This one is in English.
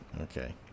Okay